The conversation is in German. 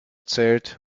zelt